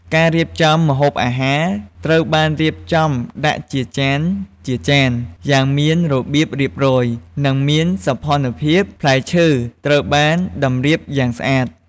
ការរៀបចំ ម្ហូបអាហារត្រូវបានរៀបចំដាក់ជាចានៗយ៉ាងមានរបៀបរៀបរយ និងមានសោភ័ណភាព ផ្លែឈើត្រូវបានតម្រៀបយ៉ាងស្អាត។